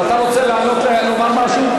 אתה רוצה לעלות לומר משהו?